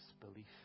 disbelief